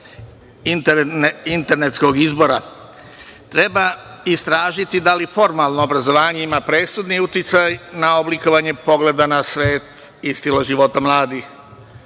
internetskog izbora. Treba istražiti da li formalno obrazovanje ima presudni uticaj na oblikovanje pogleda na svet i stila života mladih. Kod